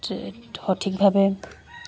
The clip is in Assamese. সঠিকভাৱে